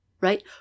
right